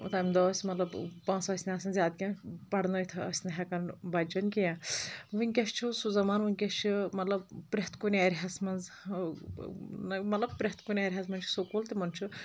تَمہِ دۄہ ٲسۍ مطلب پونٛسہٕ ٲسۍ نہٕ آسان زیادٕ کیٚنٛہہ پَرنٲیِتھ ٲسۍ نہٕ ہٮ۪کان بَچَن کیٚنٛہہ وٕنۍکٮ۪س چھُ سُہ زَمانہٕ وٕنۍکٮ۪س چھِ مطلب پرٛٮ۪تھ کُنہِ ایریاہَس منٛز مطلب پرٛٮ۪تھ کُنہِ ایریاہَس منٛز چھِ سکوٗل تِمَن چھُ